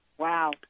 Wow